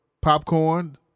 popcorn